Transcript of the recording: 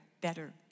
better